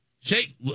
Shake